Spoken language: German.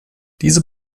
diese